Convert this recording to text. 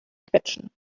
quetschen